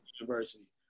University